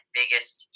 biggest